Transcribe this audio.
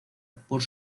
por